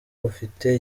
bafite